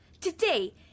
today